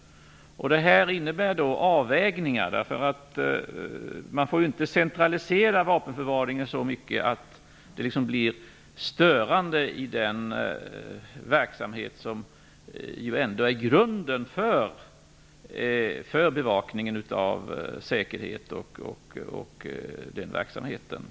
Det innebär avvägningar. Man får inte centralisera vapenförvaringen så mycket att det blir störande i den verksamhet som ändå är grunden för bevakningen av säkerheten.